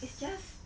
it's just